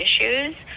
issues